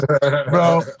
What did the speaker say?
bro